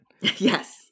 Yes